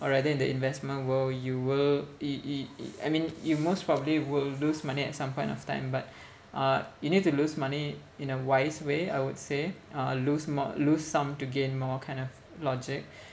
or rather in the investment world you will you you you I mean you most probably will lose money at some point of time but uh you need to lose money in a wise way I would say uh lose more lose some to gain more kind of logic